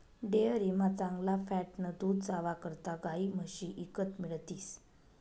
डेअरीमा चांगला फॅटनं दूध जावा करता गायी म्हशी ईकत मिळतीस